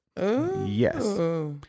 Yes